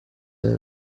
new